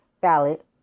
ballot